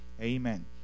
Amen